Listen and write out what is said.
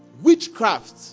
witchcraft